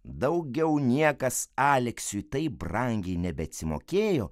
daugiau niekas aleksiui taip brangiai nebeatsimokėjo